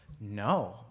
No